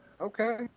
Okay